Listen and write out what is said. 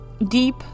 Deep